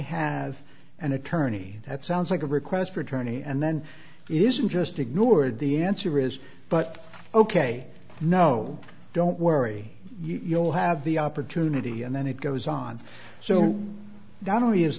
have an attorney that sounds like a request for attorney and then it isn't just ignored the answer is but ok no don't worry you'll have the opportunity and then it goes on so not only